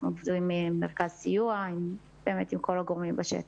אנחנו עובדים עם מרכז סיוע ועם כל הגורמים בשטח.